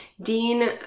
Dean